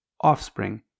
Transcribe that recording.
offspring